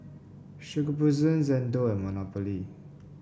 Shokubutsu Xndo and Monopoly